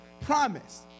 promise